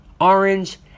orange